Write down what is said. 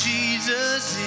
Jesus